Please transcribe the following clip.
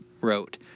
wrote